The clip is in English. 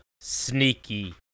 sneaky